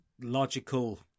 logical